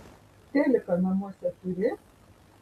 teliką namuose turi